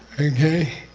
okay?